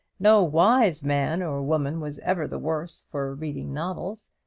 no wise man or woman was ever the worse for reading novels.